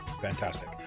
fantastic